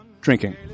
drinking